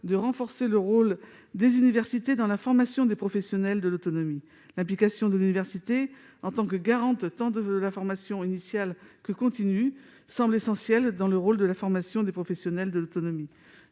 de renforcer le rôle des universités dans la formation des professionnels de l'autonomie. L'implication de l'université, garante de la formation tant initiale que continue, semble essentielle dans le rôle de la formation des professionnels de l'autonomie.